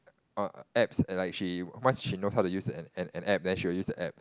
orh apps like she once she knows how to use an an app then she'll use the app